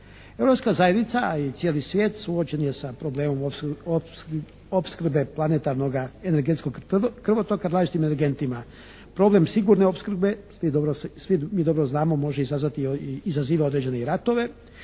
Hrvatska zajednica ali i cijeli svijet suočen je sa problemom opskrbe planetarnoga energetskog krvotoka različitim energentima. Problem sigurne opskrbe mi dobro znamo može izazvati i izaziva određene ratove